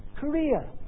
Korea